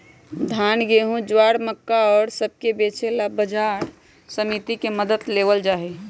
धान, गेहूं, ज्वार, मक्का और सब के बेचे ला बाजार समिति के मदद लेवल जाहई